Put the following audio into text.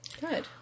good